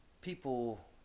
people